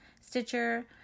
Stitcher